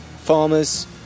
farmers